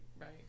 right